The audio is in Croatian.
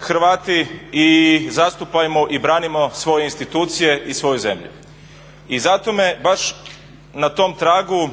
Hrvati i zastupajmo i branimo svoje institucije i svoju zemlju. I zato me baš na tom tragu,